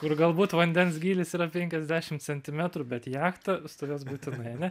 kur galbūt vandens gylis yra penkiasdešim centimetrų bet jachta stovės būtinai ane